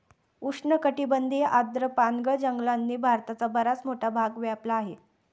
उष्णकटिबंधीय आर्द्र पानगळ जंगलांनी भारताचा बराच मोठा भाग व्यापला आहे